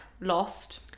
lost